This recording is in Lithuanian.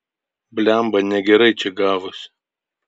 blemba negerai čia gavosi